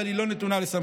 אבל היא לא נתונה לסמכותי.